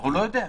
הוא לא יודע.